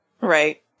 Right